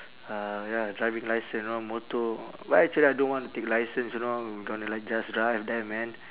uh ya driving licence know motor but actually I don't want to take licence you know I'm gonna like just drive there man